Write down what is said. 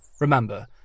Remember